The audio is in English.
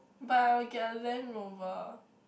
but I'll get a Landrover